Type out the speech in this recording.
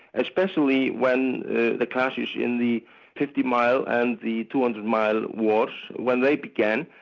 especially when the clashes in the fifty mile and the two hundred mile wars when they began,